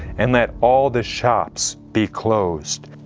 and let all the shops be closed.